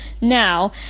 Now